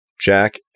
Jack